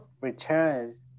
returns